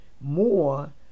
more